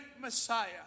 Messiah